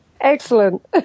Excellent